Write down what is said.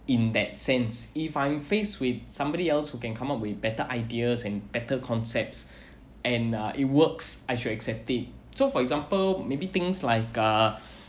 in that sense if I'm faced with somebody else who can come up with better ideas and better concepts and uh it works I should accept it so for example maybe things like uh